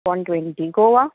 one twenty guava